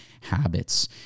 habits